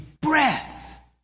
Breath